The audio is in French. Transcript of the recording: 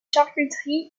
charcuterie